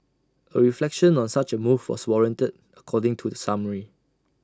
A reflection on such A move was warranted according to the summary